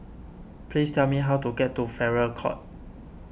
please tell me how to get to Farrer Court